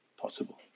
possible